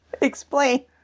Explain